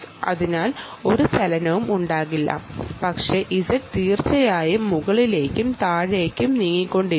അതിനാൽ ഒരു ചലനവും ഉണ്ടാകില്ല പക്ഷേ z തീർച്ചയായും മുകളിലേക്കും താഴേക്കും നീങ്ങിക്കൊണ്ടിരിക്കും